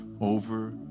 over